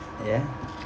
ya